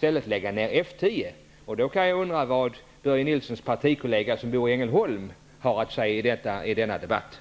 3 lägga ned F 10. Jag kan undra vad Börje Nilssons partikollega som bor i Ängelholm har att säga i den debatten.